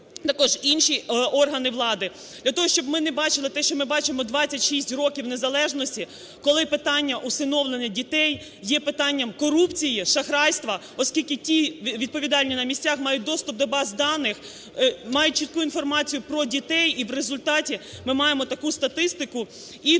також інші органи влади. Для того, щоб ми не бачили те, що ми бачимо 26 років незалежності, коли питання усиновлення дітей є питанням корупції, шахрайства, оскільки ті відповідальні на місцях мають доступ до баз даних, мають чітку інформацію про дітей, і в результаті ми маємо таку статистику